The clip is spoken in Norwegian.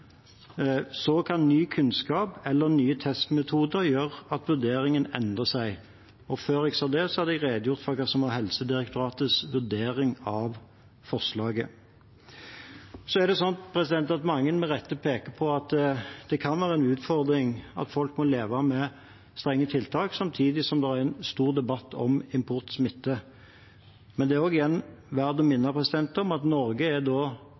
Så kan ny kunnskap eller nye testmetoder gjøre at vurderingene kan endre seg.» Før jeg sa det, hadde jeg redegjort for hva som var Helsedirektoratets vurdering av forslaget. Det er mange som med rette peker på at det kan være en utfordring at folk må leve med strenge tiltak samtidig som det er en stor debatt om importsmitte. Det er også igjen verdt å minne om at Norge er